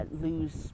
lose